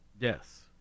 Deaths